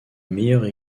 meilleure